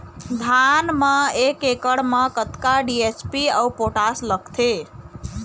धान म एक एकड़ म कतका डी.ए.पी अऊ पोटास लगथे?